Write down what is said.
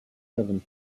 seven